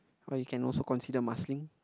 or you can also consider Marsiling